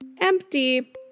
Empty